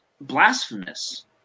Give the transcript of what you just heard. blasphemous